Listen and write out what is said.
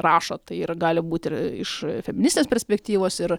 rašo tai ir gali būti ir iš feministinės perspektyvos ir